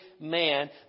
man